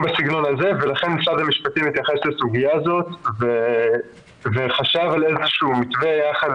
לכן משרד המשפטים התייחס לסוגיה הזאת וחשב על מתווה שיהיה